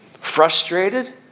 Frustrated